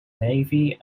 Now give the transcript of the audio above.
navy